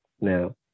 Now